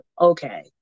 Okay